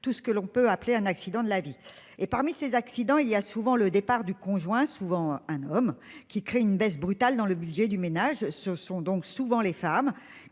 tout ce que l'on peut appeler un accident de la vie et parmi ces accidents, il y a souvent le départ du conjoint souvent un homme qui crée une baisse brutale dans le budget du ménage. Ce sont donc souvent les femmes